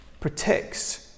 protects